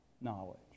knowledge